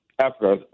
Africa